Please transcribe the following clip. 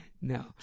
No